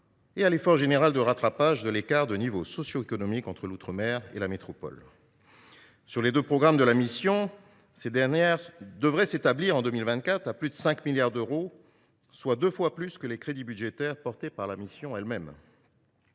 et à l’effort général de rattrapage de l’écart de niveau socioéconomique entre l’outre mer et la métropole. Les dépenses fiscales associées aux deux programmes de la mission devraient s’établir, en 2024, à plus de 5 milliards d’euros, soit deux fois plus que les crédits budgétaires portés par la mission elle même.